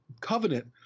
Covenant